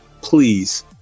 Please